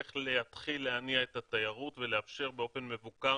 איך להתחיל להניע את התיירות ולאפשר באופן מבוקר